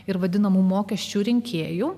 ir vadinamų mokesčių rinkėjų